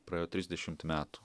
praėjo trisdešimt metų